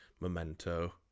Memento